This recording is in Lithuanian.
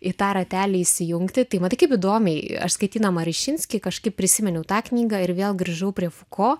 į tą ratelį įsijungti tai matai kaip įdomiai aš skaitydama rišinskį kažkaip prisiminiau tą knygą ir vėl grįžau prie fuko